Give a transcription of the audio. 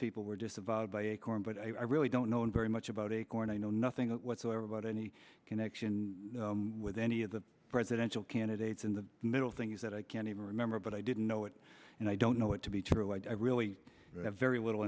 people were disavowed by acorn but i really don't know and very much about acorn i know nothing whatsoever about any connection with any of the presidential candidates in the middle of things that i can't even remember but i didn't know it and i don't know it to be true i really have very little